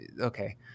okay